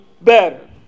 better